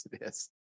Yes